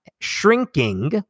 shrinking